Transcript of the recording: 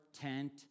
tent